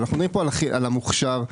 אבל המוכשר,